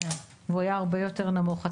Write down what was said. והוא היה הרבה יותר נמוך.